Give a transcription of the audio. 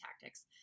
tactics